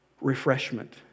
refreshment